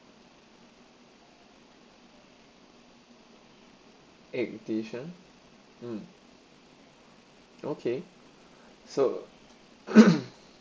egg dish ah mm okay so